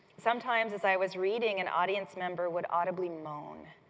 sometimes as i was reading, and audience member would audibly moan.